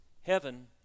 heaven